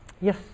Yes